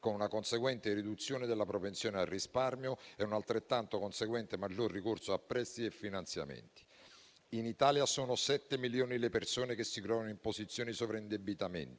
con una conseguente riduzione della propensione al risparmio e un altrettanto conseguente maggior ricorso a prestiti e finanziamenti. In Italia sono sette milioni le persone che si trovano in posizione di sovraindebitamento.